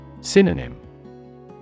Synonym